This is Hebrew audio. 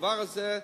הדבר הזה,